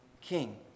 king